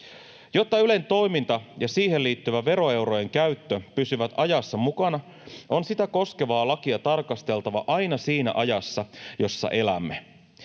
Jotta Ylen toiminta ja siihen liittyvä veroeurojen käyttö pysyvät ajassa mukana, on sitä koskevaa lakia tarkasteltava aina siinä ajassa, jossa elämme.